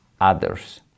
others